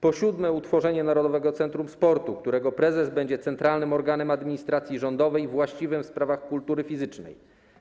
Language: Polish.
Po siódme, utworzenie Narodowego Centrum Sportu, którego prezes będzie centralnym organem administracji rządowej właściwym w sprawach kultury fizycznej.